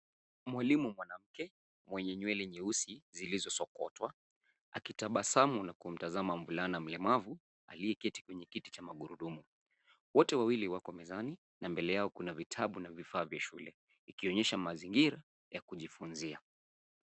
Mwalimu mwanamke mwenye nywele nyeusi zilizosokotwa akitabasamu na kumtazama mvulana mlemavu aliyeketi kwenye kiti cha magurudumu. Wote wawili wako mezani na mbele yao kuna vitabu na vifaa vya shule, ikionyesha mazingira ya kujifunzia.